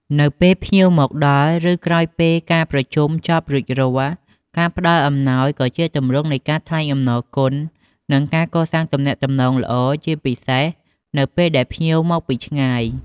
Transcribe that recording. នៅពេលភ្ញៀវមកដល់ ឬក្រោយពេលការប្រជុំចប់រួចរាល់ ការផ្តល់អំណោយ ក៏ជាទម្រង់នៃការថ្លែងអំណរគុណ និងការកសាងទំនាក់ទំនងល្អ ជាពិសេសនៅពេលដែលភ្ញៀវមកពីឆ្ងាយ។